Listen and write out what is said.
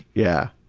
yeah,